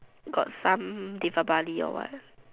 got some Deepavali or what